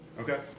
Okay